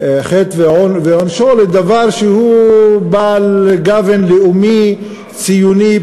חטא ועונשו, לדבר שהוא בעל גוון לאומי ציוני.